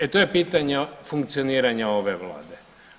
E to je pitanje funkcioniranja ove Vlade.